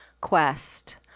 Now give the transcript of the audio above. Quest